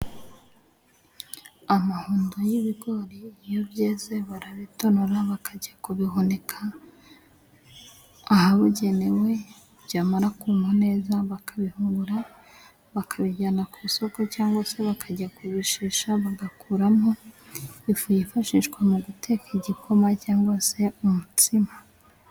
Amahundo y'ibigori iyo byeze barabitonora bakajya kubihunika ahabugenewe, byamara kuma neza bakabihungura bakabijyana ku isoko, cyangwa se bakajya kubishesha bagakuramo ifu yifashishwa mu guteka igikoma cyangwa se umutsima.